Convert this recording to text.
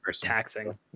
taxing